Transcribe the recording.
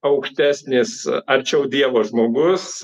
aukštesnės arčiau dievo žmogus